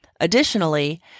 Additionally